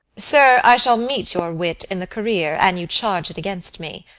sir, i shall meet your wit in the career, an you charge it against me.